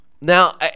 Now